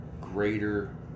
greater